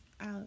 out